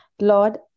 Lord